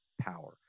power